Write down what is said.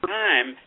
time